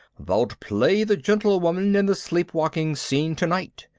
thou'lt play the gentlewoman in the sleepwalking scene tonight.